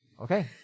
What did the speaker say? Okay